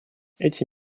эти